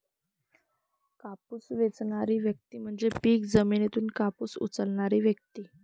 कापूस वेचणारी व्यक्ती म्हणजे पीक जमिनीतून कापूस उचलणारी व्यक्ती